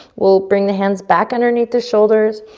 we'll bring the hands back underneath the shoulders,